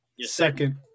second